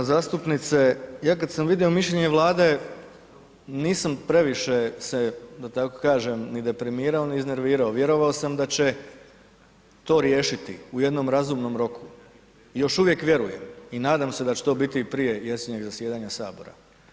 Poštovana zastupnice, ja kad sam vidio mišljenje Vlade, nisam previše se da tako kažem ni deprimirao, ni iznervirao, vjerovao sam da će to riješiti u jednom razumnom roku, još uvijek vjerujem i nadam se da će to biti i prije jesenjeg zasjedanja Sabora.